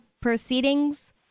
proceedings